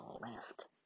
last